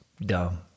dumb